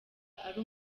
ari